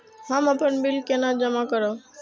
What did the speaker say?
हम अपन बिल केना जमा करब?